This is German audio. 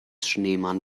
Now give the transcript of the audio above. schneemann